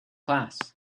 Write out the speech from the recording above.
class